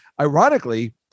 Ironically